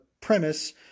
premise